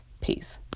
Peace